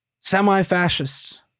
semi-fascists